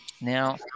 now